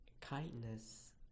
kindness